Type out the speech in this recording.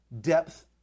depth